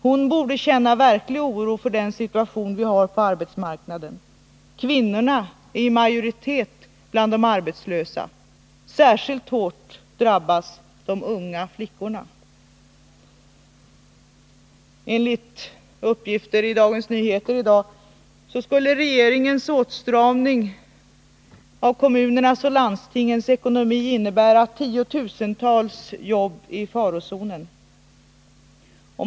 Hon borde känna verklig oro för den situation som råder på arbetsmarknaden. Kvinnorna är ju i majoritet bland de arbetslösa. Särskilt hårt drabbas de unga flickorna. Enligt uppgifter i Dagens Nyheter i dag skulle regeringens åtstramning av kommunernas och landstingens ekonomi innebära att 10 000-tals jobb är i farozonen.